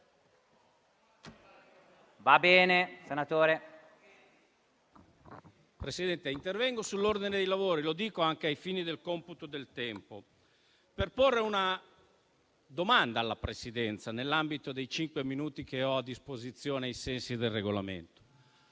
Presidente, intervengo sull'ordine dei lavori - lo dico anche ai fini del computo del tempo - per porre una domanda alla Presidenza, nell'ambito dei cinque minuti che ho a disposizione ai sensi del Regolamento.